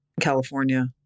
California